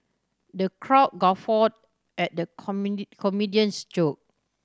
the crowd guffawed at the comedian's joke